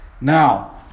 Now